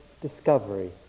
discovery